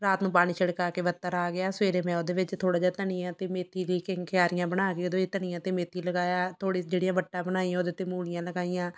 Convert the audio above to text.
ਰਾਤ ਨੂੰ ਪਾਣੀ ਛਿੜਕਾਅ ਕੇ ਵੱਤਰ ਆ ਗਿਆ ਸਵੇਰੇ ਮੈਂ ਉਹਦੇ ਵਿੱਚ ਥੋੜ੍ਹਾ ਜਿਹਾ ਧਨੀਆ ਅਤੇ ਮੇਥੀ ਦੀ ਤਿੰਨ ਕਿਆਰੀਆਂ ਬਣਾ ਕੇ ਉਹਦੇ ਵਿੱਚ ਧਨੀਆ ਅਤੇ ਮੇਥੀ ਲਗਾਇਆ ਥੋੜ੍ਹੀ ਜਿਹੜੀਆਂ ਵੱਟਾਂ ਬਣਾਈਆਂ ਉਹਦੇ 'ਤੇ ਮੂਲੀਆਂ ਲਗਾਈਆਂ